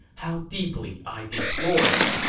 how deeply i deplore it.